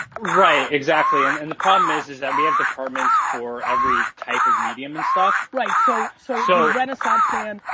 right, exactly. and and the problem is is that we have departments for every type of medium and stuff. right. so so so renaissance man,